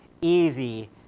easy